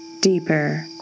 deeper